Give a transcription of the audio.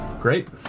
Great